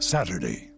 Saturday